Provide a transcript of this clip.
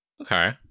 Okay